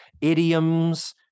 idioms